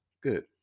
good